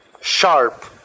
sharp